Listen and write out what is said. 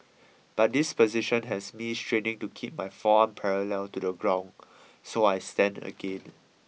but this position has me straining to keep my forearm parallel to the ground so I stand again